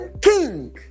king